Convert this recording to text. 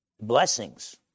blessings